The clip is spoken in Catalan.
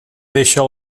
deixa